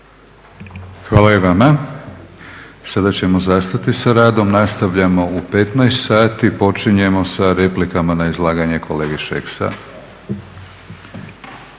Hvala i vama. Sada ćemo zastati sa radom, nastavljamo u 15,00 sati i počinjemo sa replikama na izlaganje kolege Šeksa.